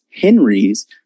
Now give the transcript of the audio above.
Henrys